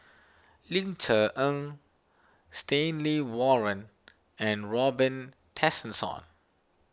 Ling Cher Eng Stanley Warren and Robin Tessensohn